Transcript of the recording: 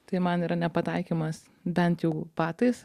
tai man yra nepataikymas bent jau batais